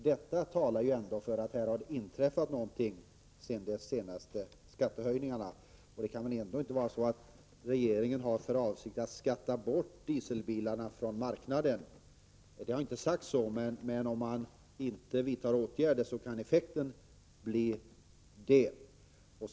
Detta talar ändå för att det har inträffat någonting efter de senaste skattehöjningarna. Det kan väl i alla fall inte vara så att regeringen har för avsikt att ”skatta bort” dieselbilarna från marknaden. Det har inte sagts någonting sådant, men om åtgärder inte vidtas kan detta bli effekten.